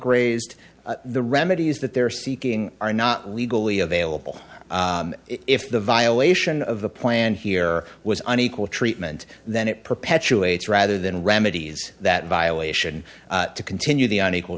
c raised the remedies that they're seeking are not legally available if the violation of the plan here was an equal treatment that it perpetuates rather than remedies that violation to continue the unequal